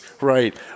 right